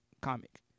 comic